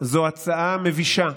זו הצעה מבישה,